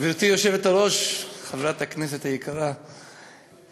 גברתי היושבת-ראש, חברת הכנסת היקרה טלי,